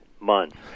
months